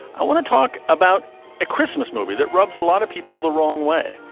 i want to talk about a christmas movie that rubs a lot of people the wrong way